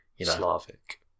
Slavic